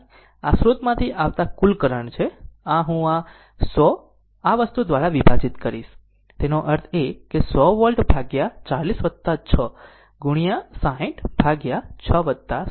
આ સ્રોતમાંથી આવતા કુલ કરંટ છે આ હું આ 100 આ વસ્તુ દ્વારા વિભાજિત કરીશ તેનો અર્થ એ કે 100 વોલ્ટ ભાગ્યા 40 6 ગુણ્યા 60 ભાગ્યા 6 60 છે